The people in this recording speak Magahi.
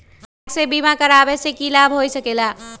बैंक से बिमा करावे से की लाभ होई सकेला?